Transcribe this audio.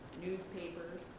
newspapers,